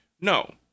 no